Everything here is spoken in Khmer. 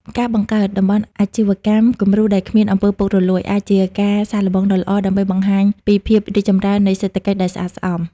ការបង្កើត "តំបន់អាជីវកម្មគំរូដែលគ្មាន អំពើពុករលួយ" អាចជាការសាកល្បងដ៏ល្អដើម្បីបង្ហាញពីភាពរីកចម្រើននៃសេដ្ឋកិច្ចដែលស្អាតស្អំ។